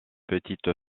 petite